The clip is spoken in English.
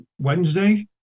Wednesday